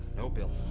no bill.